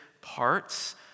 parts